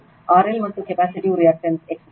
RL ಮತ್ತು ಮತ್ತು capacitive reactance XC